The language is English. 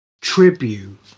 Tribute